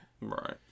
Right